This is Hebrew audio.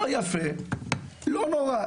לא יפה, לא נורא.